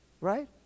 Right